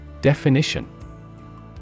Definition